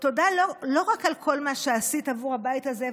תודה לא רק על כל מה שעשית עבור הבית הזה,